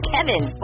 Kevin